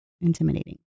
intimidating